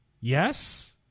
yes